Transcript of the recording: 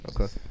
Okay